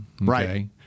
Right